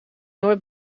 noord